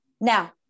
Now